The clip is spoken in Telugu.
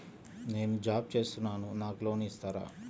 నేను జాబ్ చేస్తున్నాను నాకు లోన్ ఇస్తారా?